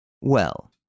Well